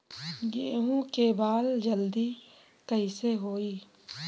गेहूँ के बाल जल्दी कईसे होई?